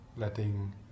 Letting